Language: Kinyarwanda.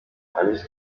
alice